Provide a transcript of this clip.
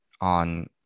on